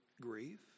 grief